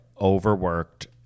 overworked